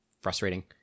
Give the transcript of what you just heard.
frustrating